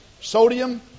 sodium